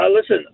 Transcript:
Listen